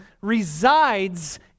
resides